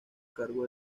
cargo